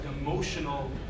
emotional